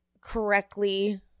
correctly